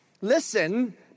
listen